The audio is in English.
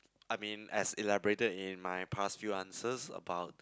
I mean as elaborated in my past few answers about